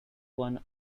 one